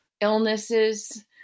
illnesses